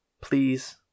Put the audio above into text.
Please